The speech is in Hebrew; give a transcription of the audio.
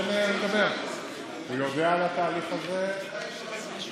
בדמות דמי אבטלה משופרים, משופרים.